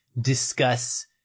discuss